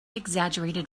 exaggerated